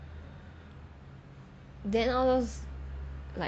then all those like